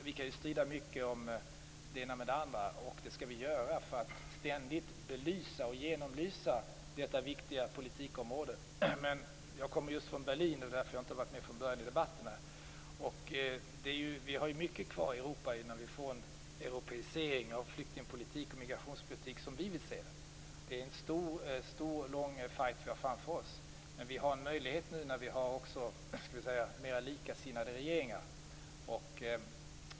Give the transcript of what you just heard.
Vi kan strida mycket om det ena och det andra. Det skall vi göra för att ständigt belysa och genomlysa detta viktiga politikområde. Jag kommer just från Berlin. Det är därför jag inte har varit med från början i debatten. Vi har mycket kvar att göra i Europa innan vi får den europeisering av flyktingpolitik och migrationspolitik som vi vill se. Det är en lång fight vi har framför oss. Men vi har en möjlighet nu när vi har mer likasinnade regeringar.